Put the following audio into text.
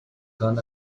gun